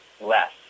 less